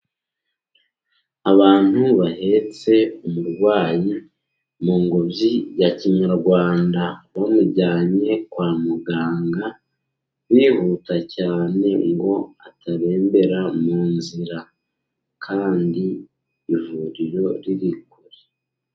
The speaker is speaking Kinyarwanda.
Abantu bahetse umurwayi mu ngobyi ya kinyarwanda. Bamujyanye kwa muganga bihuta cyane, ngo atarembera mu nzira kandi ivuriro riri kure.